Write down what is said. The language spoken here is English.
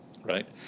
right